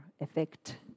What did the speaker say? effect